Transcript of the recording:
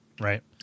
Right